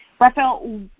Raphael